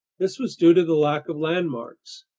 this was due to the lack of landmarks.